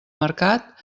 mercat